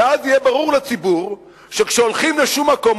ואז יהיה ברור לציבור שכשהולכים לשום מקום,